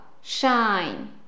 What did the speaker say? shine